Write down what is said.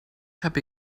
heb